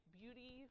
beauty